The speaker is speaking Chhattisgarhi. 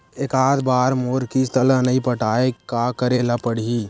एकात बार मोर किस्त ला नई पटाय का करे ला पड़ही?